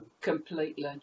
Completely